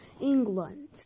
England